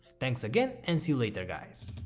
thanks again and se you later guys.